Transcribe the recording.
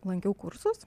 lankiau kursus